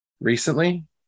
recently